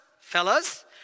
fellas